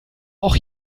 auch